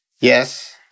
Yes